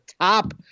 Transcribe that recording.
top